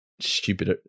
stupid